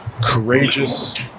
courageous